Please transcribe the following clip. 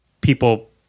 people